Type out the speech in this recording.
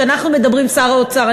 שר האוצר,